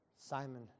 Simon